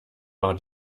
war